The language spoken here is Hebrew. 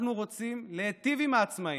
אנחנו רוצים להיטיב עם העצמאים,